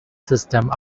system